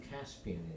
Caspian